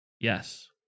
Yes